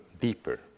deeper